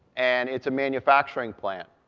and it's a manufacturing plant.